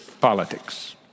politics